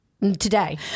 today